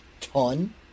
ton